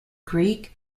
greek